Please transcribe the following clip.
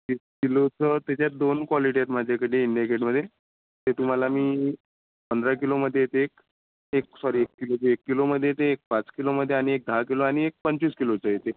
तीस किलोचं त्याच्यात दोन क्वालिटी आहेत माझ्याकडे इंडिया गेटमध्ये ते तुम्हाला मी पंधरा किलो मध्ये येते एक एक सॉरी एक किलोमध्ये येते एक पाच किलोमध्ये आणि एक दहा किलो आणि एक पंचवीस किलोचे येते